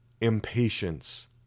impatience